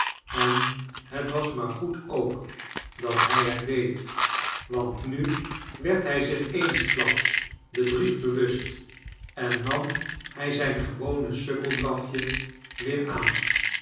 en het was maar goed ook dat hij het deed want nu werd hij zich eensklaps den brief bewust en nam hij zijn gewone sukkeldrafje weer aan